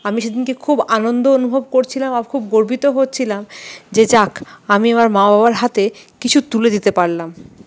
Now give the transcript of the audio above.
আমি সেদিনকে খুব আনন্দ অনুভব করছিলাম আর খুব গর্বিতও হচ্ছিলাম যে যাক আমি আমার মা বাবার হাতে কিছু তুলে দিতে পারলাম